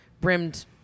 brimmed